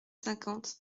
cinquante